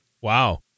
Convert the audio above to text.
Wow